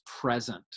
present